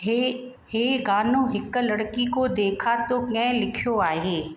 इहो इहो गानो हिक लड़की को देखा तो कंहिं लिखियो आहे